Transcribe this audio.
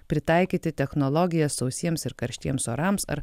pritaikyti technologijas sausiems ir karštiems orams ar